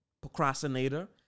procrastinator